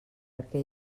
perquè